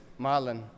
Marlon